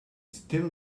still